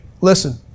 listen